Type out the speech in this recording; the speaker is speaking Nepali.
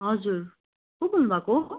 हजुर को बोल्नु भएको